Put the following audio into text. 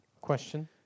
Question